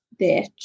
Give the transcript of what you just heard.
bitch